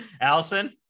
Allison